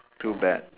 too bad